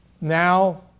now